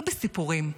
לא בסיפורים,